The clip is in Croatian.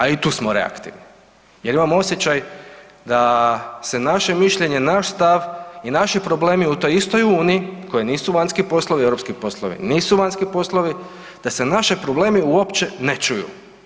A i tu smo reaktivni jer imam osjećaj da se naše mišljenje, naš stav i naši problemi u toj istoj uniji koji nisu vanjski poslovi, europski poslovi nisu vanjski poslovi, da se naši problemi uopće ne čuju.